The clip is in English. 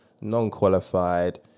non-qualified